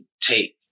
take